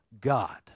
God